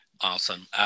Awesome